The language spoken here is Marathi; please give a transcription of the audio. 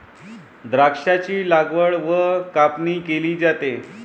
द्राक्षांची लागवड व कापणी केली जाते